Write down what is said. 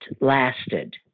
lasted